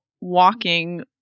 walking